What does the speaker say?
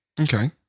Okay